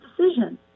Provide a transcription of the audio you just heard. decision